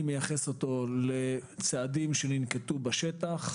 אני מייחס אותו לצעדים שננקטו בשטח,